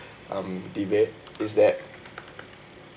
um debate is that